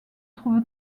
trouve